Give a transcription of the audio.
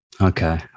Okay